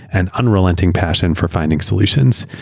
and unrelenting passion for finding solutions.